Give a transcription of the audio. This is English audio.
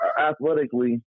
athletically